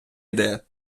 іде